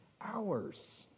hours